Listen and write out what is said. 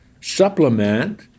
supplement